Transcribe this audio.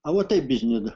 a vat taip biznį